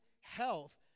health